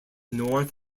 north